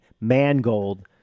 Mangold